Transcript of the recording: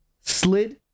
slid